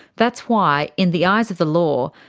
that's why, in the eyes of the law,